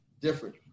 different